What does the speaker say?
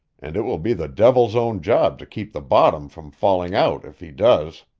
and it will be the devil's own job to keep the bottom from falling out if he does.